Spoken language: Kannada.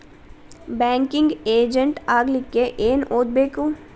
ಬ್ಯಾಂಕಿಂಗ್ ಎಜೆಂಟ್ ಆಗ್ಲಿಕ್ಕೆ ಏನ್ ಓದ್ಬೇಕು?